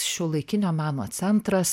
šiuolaikinio meno centras